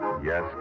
Yes